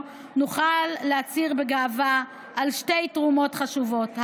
נוכל להצהיר בגאווה על שתי תרומות חשובות.